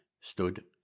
stood